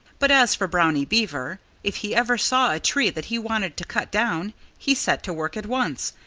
but as for brownie beaver if he ever saw a tree that he wanted to cut down he set to work at once,